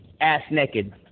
ass-naked